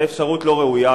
זו אפשרות לא ראויה,